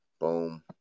boom